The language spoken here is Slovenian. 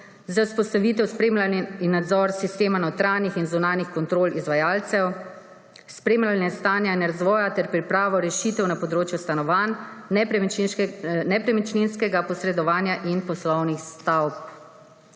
vzpostavitev spremljanja in nadzor sistema notranjih in zunanjih kontrol izvajalcev, spremljanje stanja in razvoja ter pripravo rešitev na področju stanovanj, nepremičninskega posredovanja in poslovnih stavb.